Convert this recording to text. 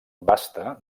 basta